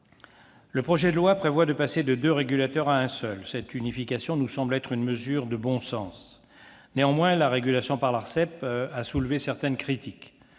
Le projet de loi prévoit que l'on passe de deux régulateurs à un seul. Cette unification nous semble être une mesure de bon sens. Néanmoins, le choix de confier la régulation à l'Arcep a soulevé certaines critiques.